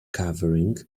covering